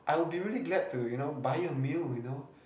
I would be really glad to you know buy you a meal you know